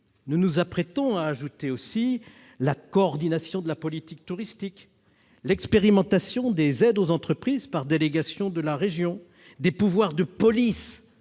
nous nous apprêtons à ajouter la coordination de la politique touristique, l'expérimentation des aides aux entreprises par délégation de la région, des pouvoirs de police